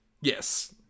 Yes